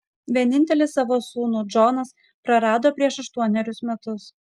vienintelį savo sūnų džonas prarado prieš aštuonerius metus